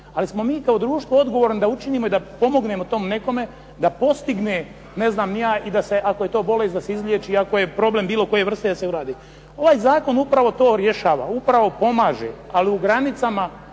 Ali smo mi kao društvo odgovorni da učinimo i da pomognemo tom nekome da postigne i ako je to bolest da se izliječi i ako je problem bilo koje vrste da se uradi. Ovaj zakon upravo to rješava, upravo pomaže, ali u nekim